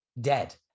dead